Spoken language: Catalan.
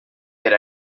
per